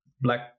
black